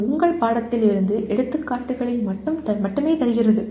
இது உங்கள் பாடத்திட்டத்திலிருந்து எடுத்துக்காட்டுகளை மட்டுமே தருகிறது